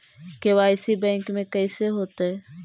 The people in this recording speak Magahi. के.वाई.सी बैंक में कैसे होतै?